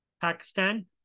Pakistan